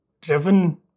driven